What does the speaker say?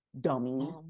dummy